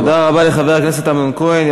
תודה רבה לחבר הכנסת אמנון כהן.